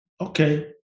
Okay